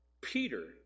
Peter